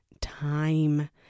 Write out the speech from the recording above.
time